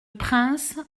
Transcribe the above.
prince